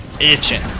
itching